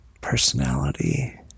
personality